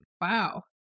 Wow